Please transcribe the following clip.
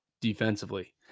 defensively